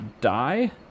die